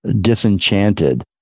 disenchanted